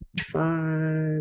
five